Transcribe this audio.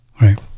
right